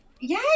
yay